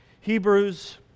Hebrews